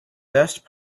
best